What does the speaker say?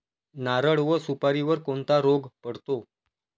नारळ व सुपारीवर कोणता रोग पडतो?